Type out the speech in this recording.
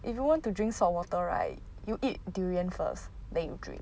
if you want to drink saltwater right you eat durian first then you drink